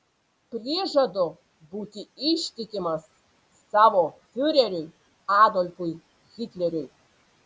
prižadu būti ištikimas savo fiureriui adolfui hitleriui